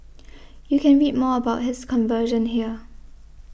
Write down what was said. you can read more about his conversion here